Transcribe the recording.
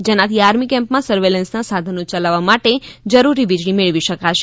જેનાથી આર્મી કેમ્પમાં સર્વેલન્સના સાધનો ચલાવવા માટે જરૂરી વીજળી મેળવી શકાશે